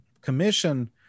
commission